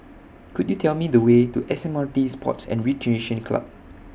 Could YOU Tell Me The Way to S M R T Sports and Recreation Club